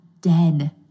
dead